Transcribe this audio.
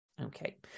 okay